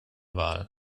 wahlen